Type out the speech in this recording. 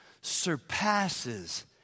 surpasses